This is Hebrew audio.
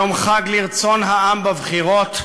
יום חג לרצון העם בבחירות,